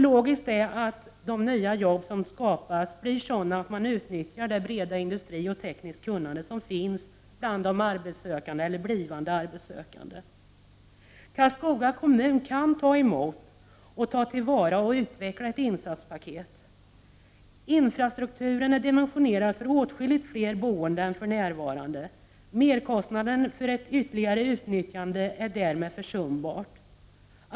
Logiskt är att de nya jobb som skapas blir sådana att man utnyttjar det breda industrikunnande och tekniska kunnande som finns bland de arbetssökande eller blivande arbetssökande i Karlskoga. Karlskoga kommun kan ta emot, ta till vara och utveckla ett insatspaket. Infrastrukturen är dimensionerad för åtskilligt fler boende än för närvarande. Merkostnaden för ett ytterligare utnyttjande är därmed försumbar.